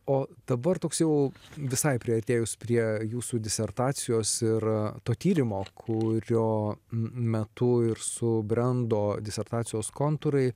o dabar toks jau visai priartėjus prie jūsų disertacijos ir to tyrimo kurio metu ir subrendo disertacijos kontūrai